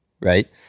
right